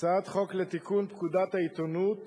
הצעת חוק לתיקון פקודת העיתונות